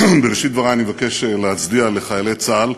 בראשית דברי אני מבקש להצדיע לחיילי צה"ל,